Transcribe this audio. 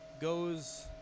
goes